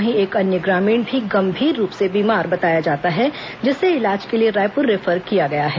वहीं एक अन्य ग्रामीण भी गंभीर रूप से बीमार बताया जाता है जिसे इलाज के लिए रायपुर रिफर किया गया है